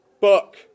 book